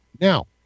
Now